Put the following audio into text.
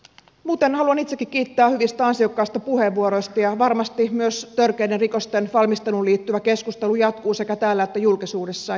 muuten haluan itsekin kiittää hyvistä ansiokkaista puheenvuoroista ja varmasti myös törkeiden rikosten valmisteluun liittyvä keskustelu jatkuu sekä täällä että julkisuudessa